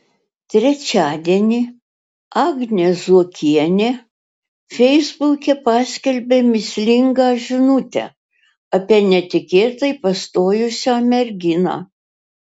trečiadienį agnė zuokienė feisbuke paskelbė mįslingą žinutę apie netikėtai pastojusią merginą